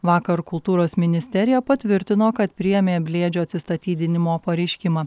vakar kultūros ministerija patvirtino kad priėmė blėdžio atsistatydinimo pareiškimą